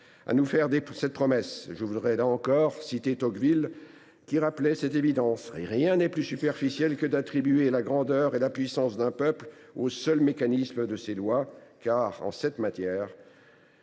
à nous faire cette promesse. Je voudrais là encore citer Tocqueville, qui rappelait cette évidence :« Rien n’est plus superficiel que d’attribuer la grandeur et la puissance d’un peuple au seul mécanisme de ses lois ; car, en cette matière,